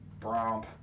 Bromp